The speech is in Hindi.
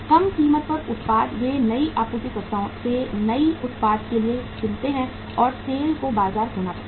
कम कीमत पर उत्पाद वे नए आपूर्तिकर्ताओं से नए उत्पाद के लिए चुनते हैं और सेल को बाजार खोना पड़ता है